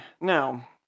Now